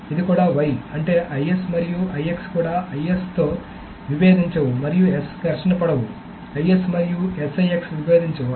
ఇది కూడా y అంటే IS మరియు IX కూడా IS తో విభేదించవు మరియు S ఘర్షణపడవు IS మరియు SIX విభేదించవు